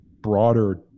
broader